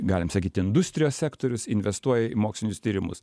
galim sakyt industrijos sektorius investuoja į mokslinius tyrimus